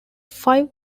five